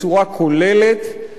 רצינית ומעמיקה,